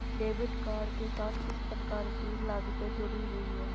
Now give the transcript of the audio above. Debit card के साथ किस प्रकार की लागतें जुड़ी हुई हैं?